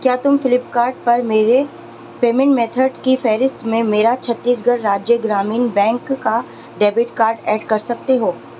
کیا تم Flipkart پر میرے پیمینٹ میتھڈ کی فہرست میں میرا چھتیس گڑھ راجیہ گرامین بینک کا ڈیبٹ کاڈ ایڈ کر سکتے ہو